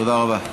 תודה רבה.